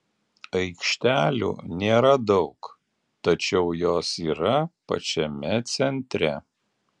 aikštelių nėra daug tačiau jos yra pačiame centre